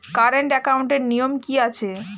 Current একাউন্টের নিয়ম কী আছে?